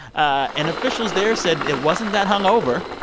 ah and officials there said it wasn't that hung over.